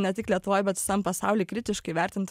ne tik lietuvoj bet visam pasauly kritiškai vertint